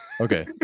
Okay